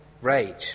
rage